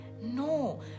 No